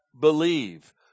believe